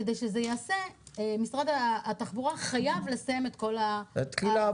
כדי שזה ייעשה משרד התחבורה חייב לסיים את כל העבודה.